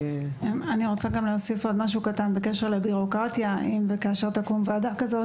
אני רוצה להוסיף עוד משהו קטן בקשר לבירוקרטיה: אם וכאשר תקום ועדה כזו